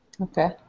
Okay